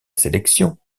sélection